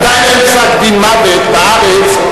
עדיין אין פסק-דין מוות בארץ,